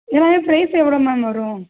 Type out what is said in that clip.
இதுலாம் பிரைஸ் எவ்வளோ மேம் வரும்